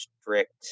strict